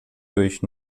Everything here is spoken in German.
durch